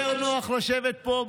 יותר נוח לשבת פה,